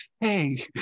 hey